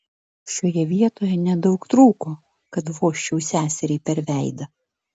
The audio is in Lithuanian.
šioje vietoje nedaug trūko kad vožčiau seseriai per veidą